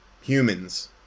humans